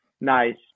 nice